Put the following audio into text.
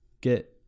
get